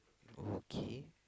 okay